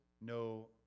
no